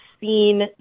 seen